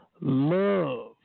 Love